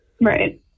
Right